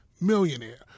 millionaire